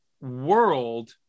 world